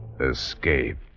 escape